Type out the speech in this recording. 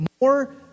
more